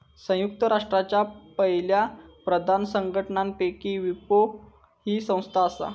संयुक्त राष्ट्रांच्या पयल्या पंधरा संघटनांपैकी विपो ही संस्था आसा